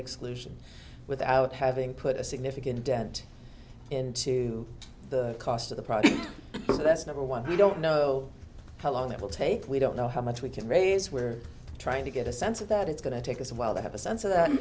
exclusion without having put a significant dent into the cost of the project so that's number one we don't know how long it will take we don't know how much we can raise we're trying to get a sense of that it's going to take us awhile to have a sense of th